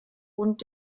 und